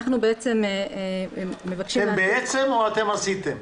אנחנו בעצם מבקשים --- אתם בעצם או אתם עשיתם?